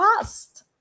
past